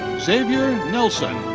xavier nelson.